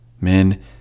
Men